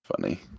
Funny